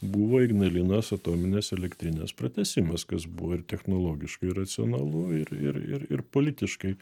buvo ignalinos atominės elektrinės pratęsimas kas buvo ir technologiškai racionalu ir ir ir ir politiškai